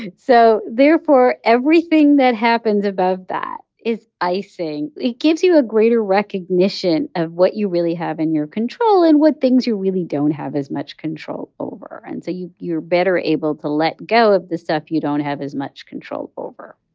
so therefore, everything that happens above that is icing. it gives you a greater recognition of what you really have in your control and what things you really don't have as much control over. and so you're better able to let go of the stuff you don't have as much control over.